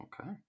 Okay